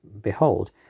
behold